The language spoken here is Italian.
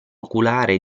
oculare